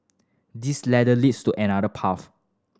this ladder leads to another path